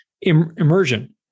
immersion